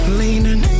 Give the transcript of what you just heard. leaning